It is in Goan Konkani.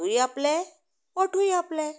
दांतूय आपले ओंटूय आपले